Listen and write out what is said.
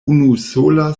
unusola